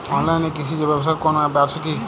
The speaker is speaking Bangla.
অনলাইনে কৃষিজ ব্যবসার কোন আ্যপ আছে কি?